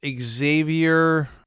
Xavier